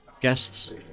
Guests